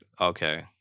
Okay